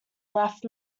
left